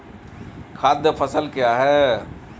खाद्य फसल क्या है?